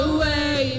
Away